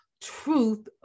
truth